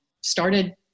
started